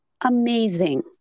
amazing